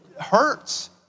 hurts